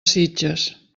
sitges